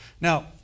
Now